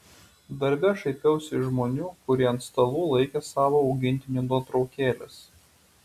darbe šaipiausi iš žmonių kurie ant stalų laikė savo augintinių nuotraukėles